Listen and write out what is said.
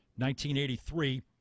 1983